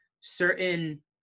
certain